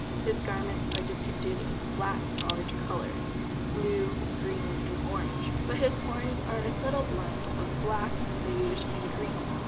his garments are depicted in flat, solid colors blue, green, and orange but his horns are a subtle blend of black, beige, and green.